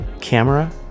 camera